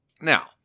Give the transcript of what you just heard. Now